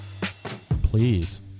Please